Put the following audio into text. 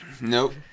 Nope